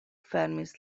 fermis